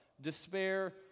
despair